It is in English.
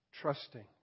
trusting